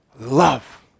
Love